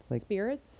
Spirits